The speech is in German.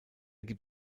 gibt